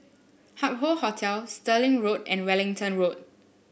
Hup Hoe Hotel Stirling Road and Wellington Road